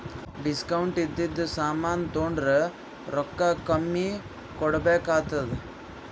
discount ಇದ್ದಿದು ಸಾಮಾನ್ ತೊಂಡುರ್ ರೊಕ್ಕಾ ಕಮ್ಮಿ ಕೊಡ್ಬೆಕ್ ಆತ್ತುದ್